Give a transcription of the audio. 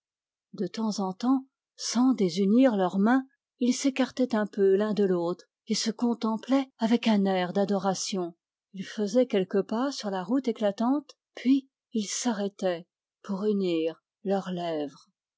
de temps en temps sans désunir leurs mains ils s'écartaient un peu l'un de l'autre et se contemplaient avec un air d'adoration ils faisaient quelques pas sur la route éclatante puis ils s'arrêtaient pour unir leurs lèvres